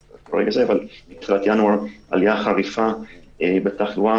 בתחילת ינואר הייתה עלייה חריפה בתחלואה